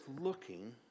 looking